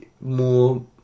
more